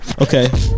Okay